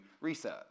research